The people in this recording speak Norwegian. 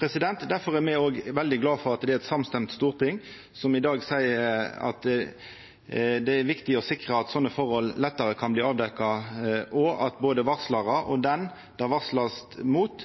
er me veldig glad for at det er eit samstemt storting som i dag seier at det er viktig å sikra at slike forhold lettare kan bli avdekte, og at både varslarar og den det blir varsla om,